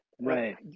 Right